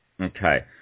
Okay